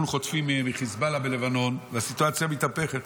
אנחנו חוטפים מחיזבאללה ומלבנון והסיטואציה מתהפכת.